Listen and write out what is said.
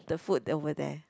the food over there